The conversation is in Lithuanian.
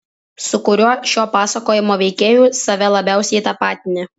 su kuriuo šio pasakojimo veikėju save labiausiai tapatini